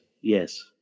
yes